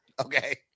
Okay